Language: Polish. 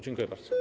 Dziękuję bardzo.